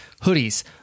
Hoodies